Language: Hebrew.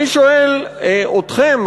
אני שואל אתכם,